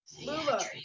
Lula